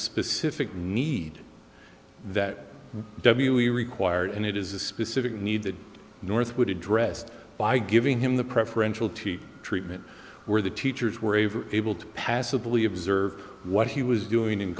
specific need that w e required and it is the specific need the northwood addressed by giving him the preferential t treatment where the teachers were even able to passively observe what he was doing in